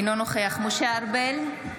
אינו נוכח משה ארבל,